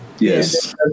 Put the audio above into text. Yes